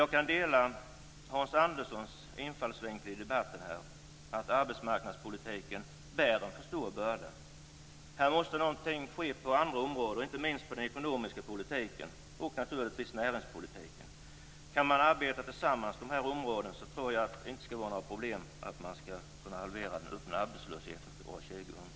Jag kan dela Hans Anderssons infallsvinkel i debatten om att arbetsmarknadspolitiken bär en för stor börda. Här måste någonting ske på andra områden, inte minst inom den ekonomiska politiken och inom näringspolitiken. Kan man arbeta tillsammans på dessa områden tror jag inte att det skall vara några problem att halvera den öppna arbetslösheten till år